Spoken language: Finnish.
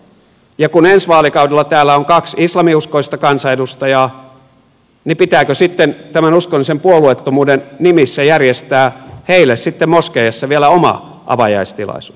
ja kun ensi vaalikaudella täällä on kaksi islaminuskoista kansanedustajaa niin pitääkö sitten tämän uskonnollisen puolueettomuuden nimissä järjestää heille moskeijassa vielä oma avajaistilaisuus